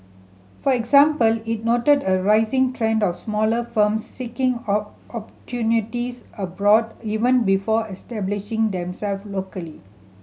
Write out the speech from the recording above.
for example it noted a rising trend of smaller firms seeking opportunities abroad even before establishing themself locally